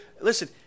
Listen